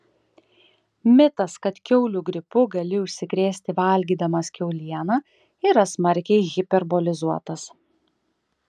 mitas kad kiaulių gripu gali užsikrėsti valgydamas kiaulieną yra smarkiai hiperbolizuotas